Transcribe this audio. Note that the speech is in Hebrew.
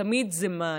תמיד זה מים.